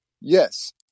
Yes